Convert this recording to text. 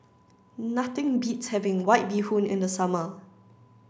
nothing beats having White Bee Hoon in the summer